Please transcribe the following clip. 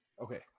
Okay